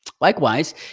Likewise